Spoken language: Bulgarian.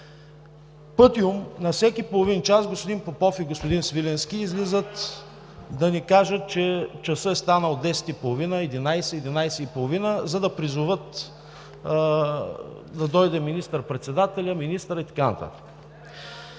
Пътьом на всеки половин час господин Попов, и господин Свиленски излизат да ни кажат, че часът е станал 10,30; 11,00; 11,30, за да призоват да дойде министър-председателят, министърът и така